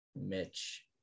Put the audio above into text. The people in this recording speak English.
Mitch